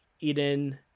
Eden